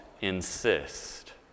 insist